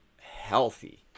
healthy